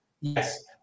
Yes